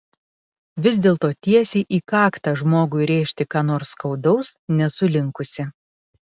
vis dėlto tiesiai į kaktą žmogui rėžti ką nors skaudaus nesu linkusi